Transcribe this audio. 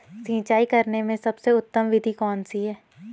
सिंचाई करने में सबसे उत्तम विधि कौन सी है?